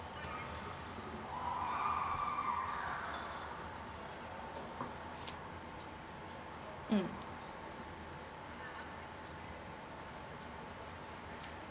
mm